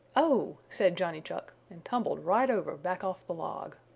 oh! said johnny chuck, and tumbled right over back off the log.